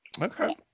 Okay